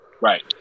right